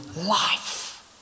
life